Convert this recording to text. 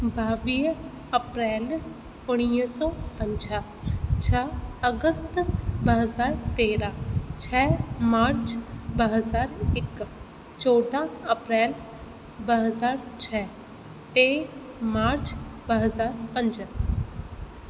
ॿावीह अप्रेल उणिवीह सौ पंजाह छह अगस्त ॿ हज़ार तेरहां छह मार्च ॿ हज़ार हिकु चोॾहां अप्रेल ॿ हज़ार छह टे मार्च ॿ हज़ार पंज